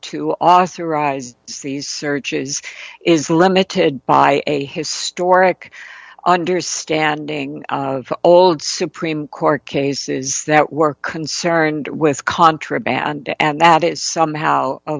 to authorize sees searches is limited by a historic understanding of old supreme court cases that we're concerned with contraband and that is somehow a